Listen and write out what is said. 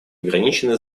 ограничены